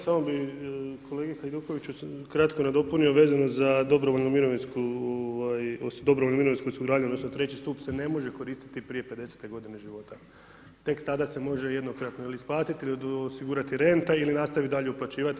Samo bi kolegi Hajdukoviću kratko nadopunio vezano za Dobrovoljnu mirovinsku, ovaj, Dobrovoljnu mirovinsku suradnju odnosno treći stup se ne može koristiti prije 50-te godine života, tek tada se može jednokratno isplatiti ili osigurati renta ili nastaviti dalje uplaćivati.